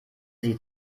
sie